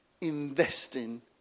investing